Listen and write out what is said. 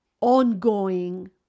ongoing